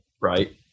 right